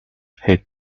hate